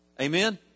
Amen